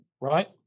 right